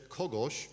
kogoś